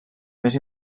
més